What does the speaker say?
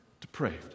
depraved